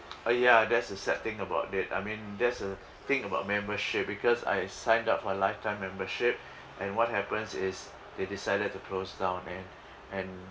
uh ya that's the sad thing about it I mean that's the thing about membership because I signed up for lifetime membership and what happens is they decided to close down and and